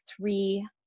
three